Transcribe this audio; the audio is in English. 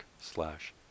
slash